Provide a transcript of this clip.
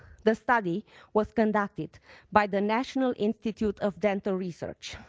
the study was conducted by the national institute of dental research.